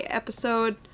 episode